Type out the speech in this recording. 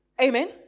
Amen